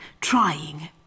trying